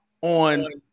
on